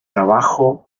abajo